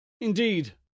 Indeed